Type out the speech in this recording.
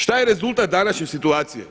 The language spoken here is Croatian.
Šta je rezultat današnje situacije?